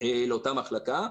לאותה מחלקה.